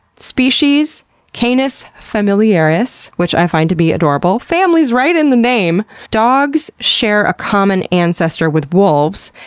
species canis familiaris, which i find to be adorable. family's right in the name! dogs share a common ancestor with wolves.